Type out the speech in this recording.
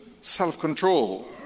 self-control